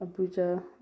Abuja